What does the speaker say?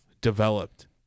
developed